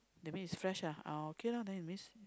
that's mean is fresh lah oh okay lah that's mean